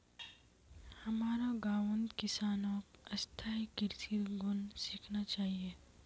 हमारो गांउत किसानक स्थायी कृषिर गुन सीखना चाहिए